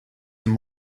and